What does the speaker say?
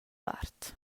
part